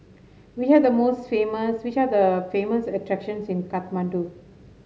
which are the most famous which are the famous attractions in Kathmandu